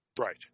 right